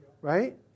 Right